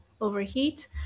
overheat